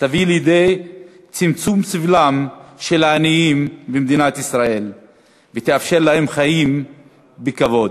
יביא לצמצום סבלם של העניים במדינת ישראל ויאפשר להם חיים בכבוד.